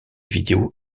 vidéos